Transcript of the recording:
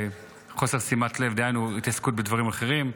חוסר שימת לב, דהיינו התעסקות בדברים אחרים.